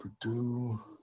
Purdue